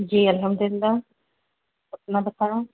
جی الحمد لللہ اپنا بتاؤ